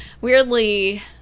weirdly